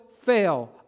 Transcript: fail